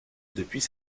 depuis